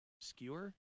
skewer